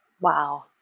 Wow